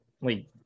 Wait